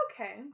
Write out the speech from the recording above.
okay